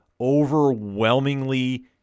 overwhelmingly